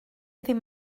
ddim